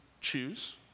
choose